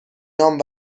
نام